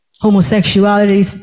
homosexuality